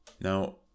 now